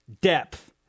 depth